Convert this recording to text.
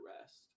rest